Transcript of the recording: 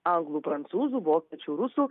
anglų prancūzų vokiečių rusų